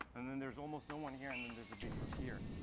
and then there's almost no one here, and then there's a big group here.